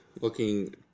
looking